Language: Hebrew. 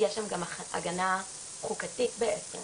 יש שם גם הגנה חוקתית בעצם